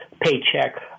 paycheck